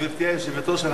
גברתי היושבת-ראש,